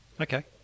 Okay